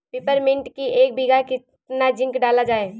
Peppermint की एक बीघा कितना जिंक डाला जाए?